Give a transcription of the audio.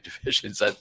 divisions